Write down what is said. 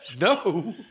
No